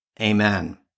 Amen